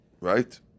Right